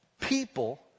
people